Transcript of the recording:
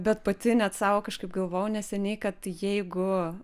bet pati net sau kažkaip galvojau neseniai kad jeigu